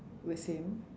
with him